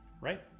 Right